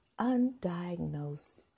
undiagnosed